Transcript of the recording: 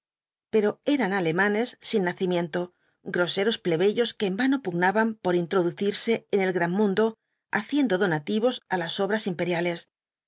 pero eran alemanes sin nacimiento groseros plebeyos que en vano pugnaban por introducirse en el gran mundo haciendo donativos á las obras imperiales